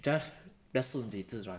just just 顺其自然